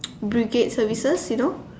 brigade services you know